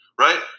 Right